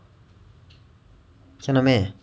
真的 meh